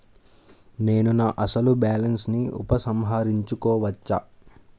నేను నా అసలు బాలన్స్ ని ఉపసంహరించుకోవచ్చా?